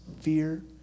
Fear